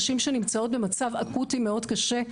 נשים שנמצאות במצב אקוטי מאוד קשה,